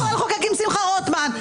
אני יכולה לחוקק עם שמחה רוטמן,